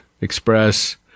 Express